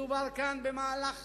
מדובר כאן במהלך